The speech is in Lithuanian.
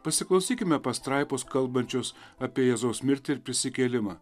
pasiklausykime pastraipos kalbančios apie jėzaus mirtį ir prisikėlimą